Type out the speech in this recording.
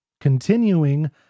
continuing